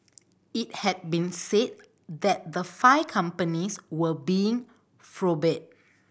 it had been said that the five companies were being probed